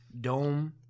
dome